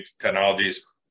technologies